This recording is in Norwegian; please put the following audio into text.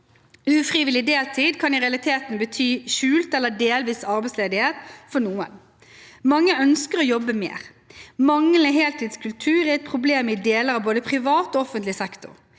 Ufrivillig deltid kan i realiteten bety skjult eller delvis arbeidsledighet for noen. Mange ønsker å jobbe mer. Manglende heltidskultur er et problem i deler av både privat og offentlig sektor.